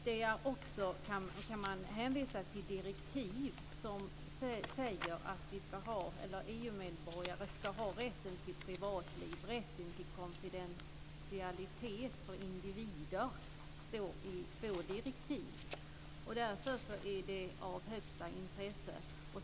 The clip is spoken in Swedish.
Det kan också hänvisas till direktiv som säger att EU-medborgare ska ha rätt till privatliv, till konfidentialitet för individer. Det står om det i två direktiv. Därför är detta av största intresse.